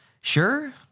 Sure